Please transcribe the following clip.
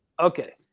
Okay